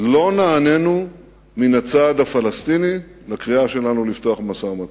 לא נענינו מן הצד הפלסטיני לקריאה שלנו לפתוח במשא-ומתן.